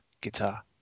guitar